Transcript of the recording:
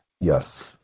Yes